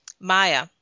Maya